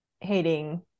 hating